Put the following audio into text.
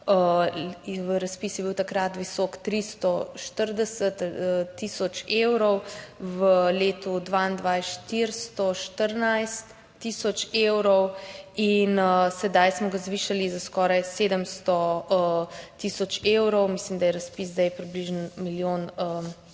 leta 2021 je bil razpis visok 340 tisoč evrov, v letu 2022 414 tisoč evrov in sedaj smo ga zvišali za skoraj 700 tisoč evrov, mislim, da je razpis zdaj torej visok